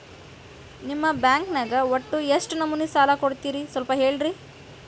ನಿಮ್ಮ ಬ್ಯಾಂಕ್ ನ್ಯಾಗ ಒಟ್ಟ ಎಷ್ಟು ನಮೂನಿ ಸಾಲ ಕೊಡ್ತೇರಿ ಸ್ವಲ್ಪ ಹೇಳ್ರಿ